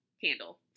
candle